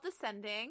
Descending